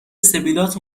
سبیلات